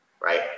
right